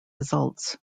results